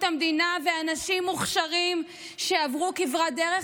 המדינה ואנשים מוכשרים שעברו כברת דרך,